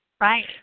Right